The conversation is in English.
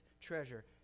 treasure